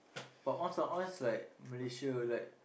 but once uh once like Malaysia like